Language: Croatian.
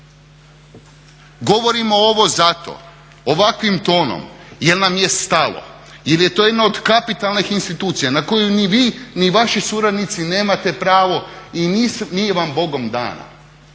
Govorimo ovo zato, ovakvim tonom jer nam je stalo, jer je to jedna od kapitalnih institucija na koju ni vi ni vaši suradnici nemate pravo i nije vam Bogom dana